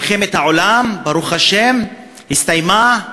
מלחמת העולם, ברוך השם, הסתיימה.